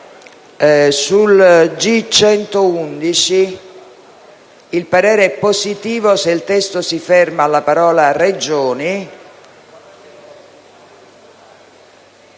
G111 il parere è favorevole se il testo si ferma alla parola «Regioni».